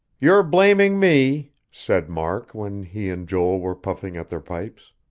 you're blaming me, said mark, when he and joel were puffing at their pipes,